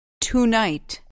Tonight